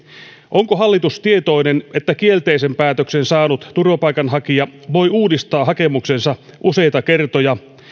onko hallitus tietoinen että kielteisen päätöksen saanut turvapaikanhakija voi uudistaa hakemuksensa useita kertoja